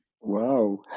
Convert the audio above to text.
Wow